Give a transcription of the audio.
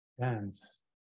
dance